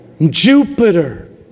Jupiter